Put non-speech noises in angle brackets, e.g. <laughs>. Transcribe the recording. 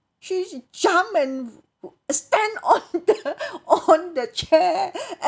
she she jumped and stand on the <laughs> on the chair <laughs>